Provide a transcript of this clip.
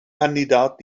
kandidat